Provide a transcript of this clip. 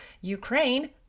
Ukraine